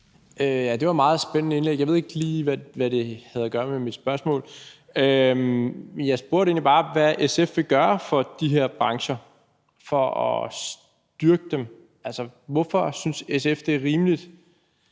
Det var et meget spændende indlæg, men jeg ved ikke lige, hvad det havde at gøre med mit spørgsmål. Jeg spurgte egentlig bare, hvad SF vil gøre for at styrke de her brancher. Hvorfor synes SF, det er rimeligt,